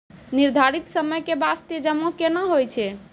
निर्धारित समय के बास्ते जमा केना होय छै?